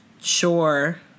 Sure